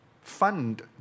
fund